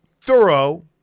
thorough –